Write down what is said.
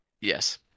Yes